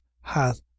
hath